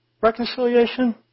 Reconciliation